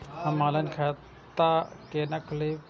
हम ऑनलाइन खाता केना खोलैब?